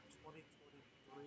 2023